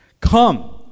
Come